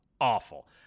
Awful